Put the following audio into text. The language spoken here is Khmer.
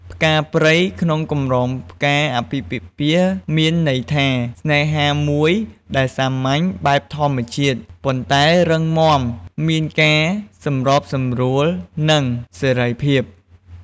ផ្កាព្រៃក្នុងកម្រងផ្កាអាពាហ៍ពិពាហ៍ មានន័យថា ស្នេហាមួយដែលសាមញ្ញ បែបធម្មជាតិ ប៉ុន្តែរឹងមាំ មានការសម្របសម្រួល និងសេរីភាព។